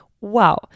Wow